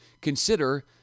consider